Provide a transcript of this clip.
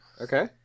Okay